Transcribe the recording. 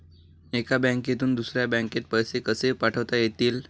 एका बँकेतून दुसऱ्या बँकेत पैसे कसे पाठवता येतील?